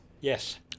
Yes